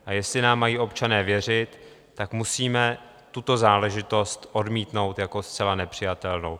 A jestli nám mají občané věřit, tak musíme tuto záležitost odmítnout jako zcela nepřijatelnou.